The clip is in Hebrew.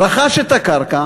רכש את הקרקע,